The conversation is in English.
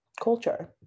culture